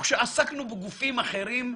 ובגופים אחרים,